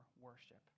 worship